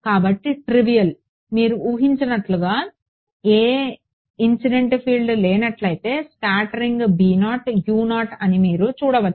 కాబట్టి ట్రివిల్ మీరు ఊహించినట్లుగా ఏ ఇన్సిడెంట్ ఫీల్డ్ లేనట్లయితే స్కాటరింగ్ b 0 u 0 అని మీరు చూడవచ్చు